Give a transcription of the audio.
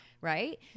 Right